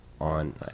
on